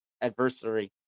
Adversary